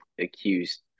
accused